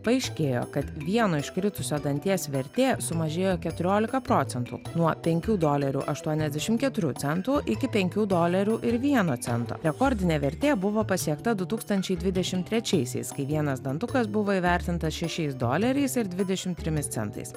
paaiškėjo kad vieno iškritusio danties vertė sumažėjo keturiolika procentų nuo penkių dolerių aštuoniasdešimt keturių centų iki penkių dolerių ir vieno cento rekordinė vertė buvo pasiekta du tūkstančiai dvidešimt trečiaisiais kai vienas dantukas buvo įvertintas šešiais doleriais ir dvidešimt trimis centais